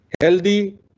healthy